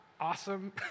awesome